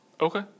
Okay